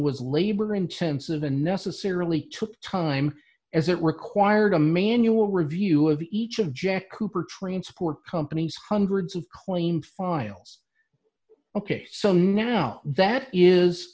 was labor intensive the necessarily took time as it required a manual review of each of jack cooper transport companies hundreds of claimed files ok so now that is